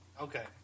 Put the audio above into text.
okay